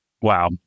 Wow